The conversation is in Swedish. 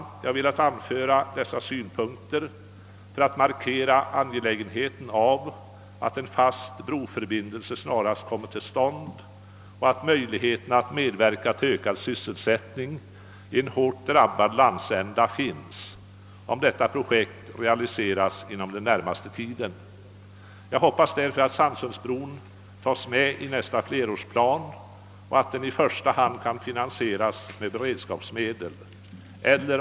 Jag har velat anföra dessa synpunkter för att markera angelägenheten av att en fast broförbindelse snarast upprättas och för att peka på att möjligheter att medverka till ökad sysselsättning i en hårt drabbad landsända finns, om detta broprojekt realiseras inom den närmaste tiden. Jag hoppas därför att Sannsundsbron tages med i nästa flerårsplan och att den i första hand finansieras med beredskapsmedel.